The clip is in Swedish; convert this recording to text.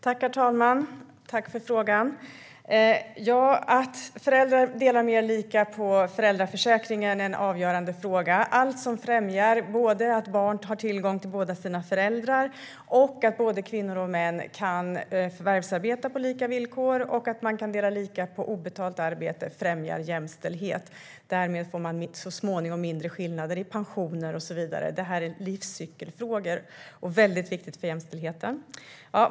Herr talman! Tack för frågan! Att föräldrar delar mer lika på föräldraförsäkringen är en avgörande fråga. Allt som främjar att barn har tillgång till båda sina föräldrar, att både kvinnor och män kan förvärvsarbeta på lika villkor och att man kan dela lika på obetalt arbete främjar jämställdhet. Därmed får man så småningom mindre skillnader i pensioner och så vidare. Detta är livscykelfrågor, och det är viktigt för jämställdheten.